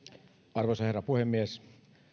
arvoisa herra puhemies